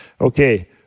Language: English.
Okay